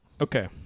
Okay